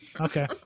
Okay